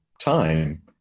time